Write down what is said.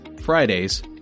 Fridays